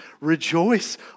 rejoice